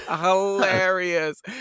hilarious